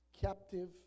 captive